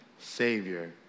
Savior